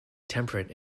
temperate